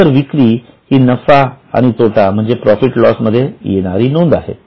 खरेतर विक्री ही नफा आणि तोटा म्हणजेच प्रॉफिट लॉस मध्ये येणारी नोंद आहे